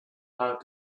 how